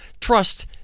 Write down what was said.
Trust